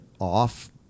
off